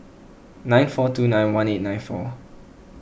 nine four two nine one eight nine four